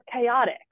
chaotic